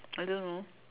I don't know